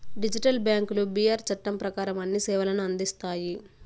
digital బ్యాంకులు BR చట్టం ప్రకారం అన్ని సేవలను అందిస్తాయి